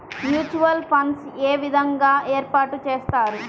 Mutual funds ఏ విధంగా ఏర్పాటు చేస్తారు?